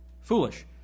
Foolish